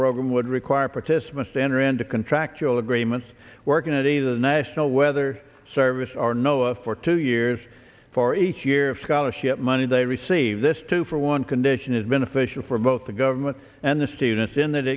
program would require protest must enter into contractual agreements working today the national weather service are no if for two years for each year of scholarship money they receive this two for one condition is beneficial for both the government and the students in that